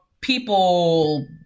people